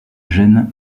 gène